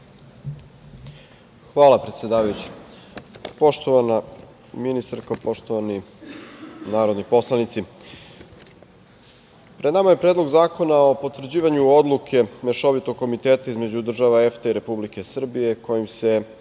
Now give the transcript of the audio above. Hvala, predsedavajući. Poštovana ministarko, poštovani narodni poslanici, pred nama je Predlog zakona o potvrđivanju Odluke Mešovitog komiteta između država EFTA i Republike Srbije kojim se